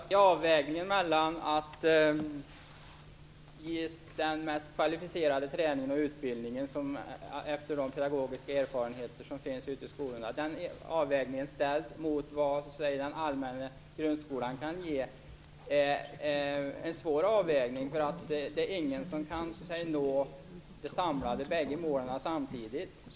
Fru talman! Avvägningen mellan att ge den mest kvalificerade träningen och utbildningen enligt de pedagogiska erfarenheter som finns ute i skolorna och att ge vad den allmänna grundskolan kan ge är svår att göra. Det är ingen som kan nå bägge målen samtidigt.